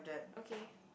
okay